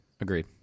agreed